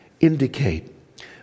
indicate